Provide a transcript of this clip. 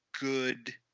good